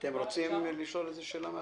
--- אתם רוצים לשאול איזושהי שאלה,